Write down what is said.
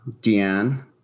Deanne